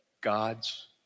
God's